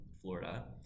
Florida